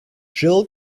jill